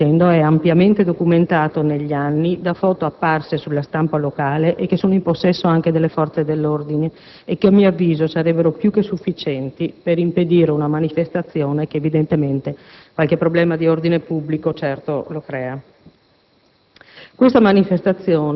Tutto quello che sto dicendo è ampiamente documentato negli anni da foto apparse sulla stampa locale e che sono in possesso anche delle forze dell'ordine e che, a mio avviso, sarebbero più che sufficienti per impedire una manifestazione che evidentemente qualche problema di ordine pubblico lo crea.